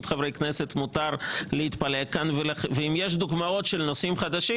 חברי כנסת מותר ואם יש דוגמאות של נושאים חדשים,